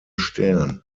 stern